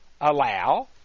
allow